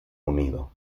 unido